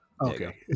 Okay